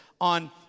on